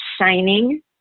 shining